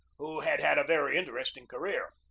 who had had a very interesting career.